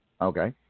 Okay